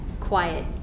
quiet